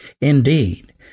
Indeed